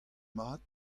mat